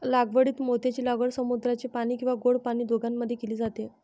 लागवडीत मोत्यांची लागवड समुद्राचे पाणी किंवा गोड पाणी दोघांमध्ये केली जाते